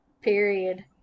period